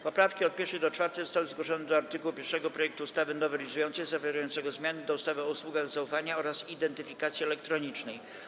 Poprawki od 1. do 4. zostały zgłoszone do art. 1 projektu ustawy nowelizującej zawierającego zmiany do ustawy o usługach zaufania oraz identyfikacji elektronicznej.